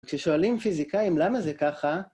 כששואלים פיזיקאים למה זה ככה,